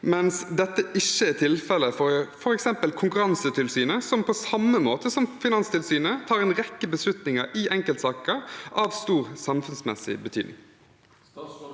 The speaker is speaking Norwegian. mens dette ikke er tilfellet for f.eks. Konkurransetilsynet, som – på samme måte som Finanstilsynet – tar en rekke beslutninger i enkeltsaker av stor samfunnsmessig betydning?